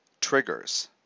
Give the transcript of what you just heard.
triggers